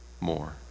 more